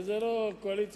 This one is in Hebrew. וזה לא קואליציה-אופוזיציה,